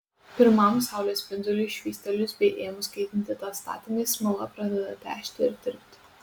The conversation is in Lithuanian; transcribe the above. pirmam saulės spinduliui švystelėjus bei ėmus kaitinti tą statinį smala pradeda težti ir tirpti